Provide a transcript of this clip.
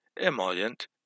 emollient